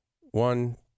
One